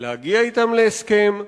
להגיע אתם להסכם.